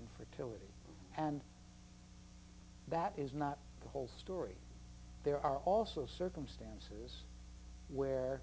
in fertility and that is not the whole story there are also circumstances where